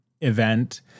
event